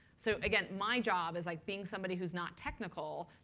so again, my job is, like being somebody who's not technical,